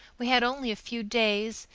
we had only a few days,